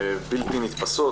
בלתי נתפסות.